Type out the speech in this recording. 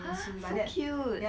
!huh! so cute